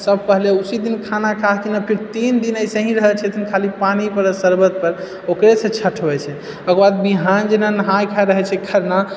सभ पहिले उसी दिन खाना हथिन फिर तीन दिन एसेही रहै छथिन खाली पानी पर आ सरबत पर ओकरेसँ छठ होइत छै आ ओकर बाद बिहान जेना नहाए खाइ रहैत छै खरना